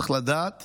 צריך לדעת